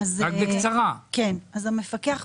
המפקח,